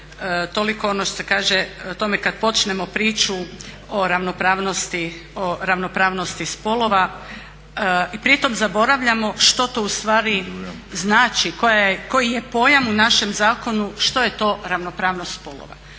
toliko ono što se kaže o tome kada počnemo priču o ravnopravnosti spolova i pri tome zaboravljamo što to ustvari znači, koji je pojam u našem zakonu, što je to ravnopravnost spolova.